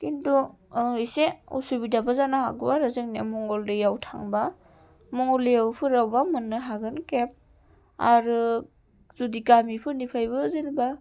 किन्तु ओं इसे असुबिदाबो जानो हागौ आरो जोंनिया मंगलदैयाव थांबा मंगलदैफोरावबा मोननो हागोन केब आरो जुदि गामिफोरनिफ्रायबो जेनेबा